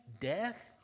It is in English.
death